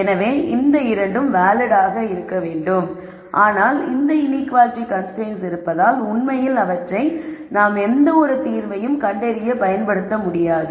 எனவே இந்த இரண்டும் வேலிட் ஆக வேண்டும் ஆனால் இங்கு இன்ஈக்குவாலிட்டி கன்ஸ்ரைன்ட்ஸ் இருப்பதால்உண்மையில் அவற்றை நாம் எந்த ஒரு தீர்வையும் கண்டறிய பயன்படுத்த முடியாது